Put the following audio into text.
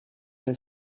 nel